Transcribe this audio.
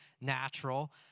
natural